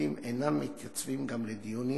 הפרקליטים אינם מתייצבים גם לדיונים